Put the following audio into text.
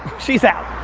she's out.